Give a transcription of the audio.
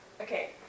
Okay